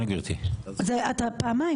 זה פעמיים?